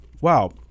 wow